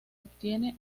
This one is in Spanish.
obtiene